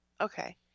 Okay